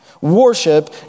Worship